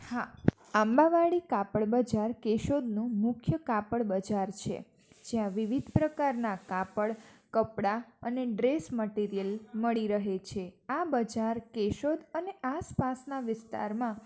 હા આંબાવાડી કાપડ બજાર કેશોદનું મુખ્ય કાપડ બજાર છે જ્યાં વિવિધ પ્રકારના કાપડ કપડા અને ડ્રેસ મટિરિયલ મળી રહે છે આ બજાર કેશોદ અને આસપાસના વિસ્તારમાં